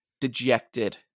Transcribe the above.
dejected